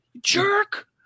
Jerk